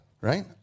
right